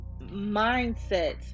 mindset